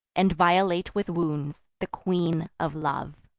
and violate with wounds the queen of love.